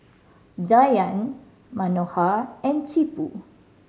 Dhyan Manohar and Tipu